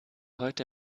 heute